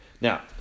Now